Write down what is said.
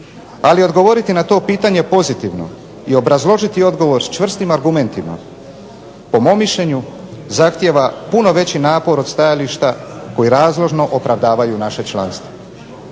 Ali odgovoriti na to pitanje pozitivno i obrazložiti odgovor sa čvrstim argumentima po mom mišljenju zahtijeva puno veći napor od stajališta koji razložno opravdavaju naše članstvo.